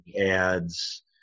ads